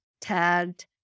tagged